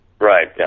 Right